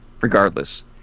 regardless